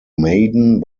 maiden